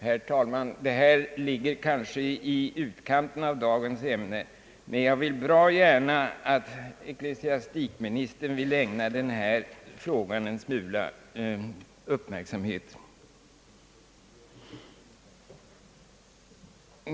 Herr talman, det här ligger kanske i utkanten av dagens ämne, men jag vill bra gärna att ecklesiastikministern ägnar den här frågan en smula uppmärksamhet.